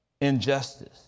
Injustice